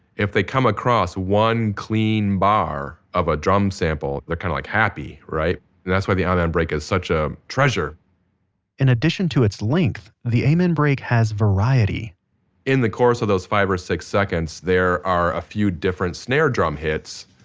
if they come across one clean bar of a drum sample, they're kind of like happy. that's why the amen break is such a treasure in addition to its length, the amen break has variety in the course of those five or six seconds, there are a few different snare drum hits.